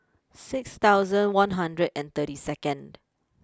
six thousand one hundred and thirty second